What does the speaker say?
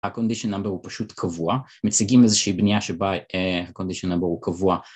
ה-condition number הוא פשוט קבוע, מציגים איזושהי בנייה שבה ה-condition number הוא קבוע